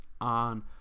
on